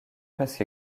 presque